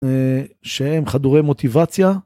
שהם חדורי מוטיבציה.